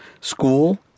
school